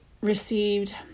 received